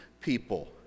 people